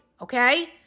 okay